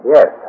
Yes